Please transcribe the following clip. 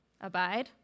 Abide